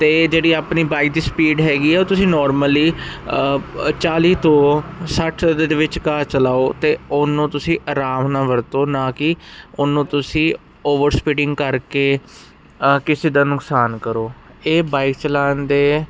ਅਤੇ ਜਿਹੜੀ ਆਪਣੀ ਬਾਈਕ ਦੀ ਸਪੀਡ ਹੈਗੀ ਆ ਉਹ ਤੁਸੀਂ ਨੋਰਮਲੀ ਚਾਲ੍ਹੀ ਤੋਂ ਸੱਠ ਦੇ ਵਿੱਚ ਕਾਰ ਚਲਾਓ ਅਤੇ ਉਹਨੂੰ ਤੁਸੀਂ ਆਰਾਮ ਨਾਲ ਵਰਤੋਂ ਨਾ ਕਿ ਉਹਨੂੰ ਤੁਸੀਂ ਓਵਰ ਸਪੀਟਿੰਗ ਕਰਕੇ ਕਿਸੇ ਦਾ ਨੁਕਸਾਨ ਕਰੋ ਇਹ ਬਾਈਕ ਚਲਾਉਣ ਦੇ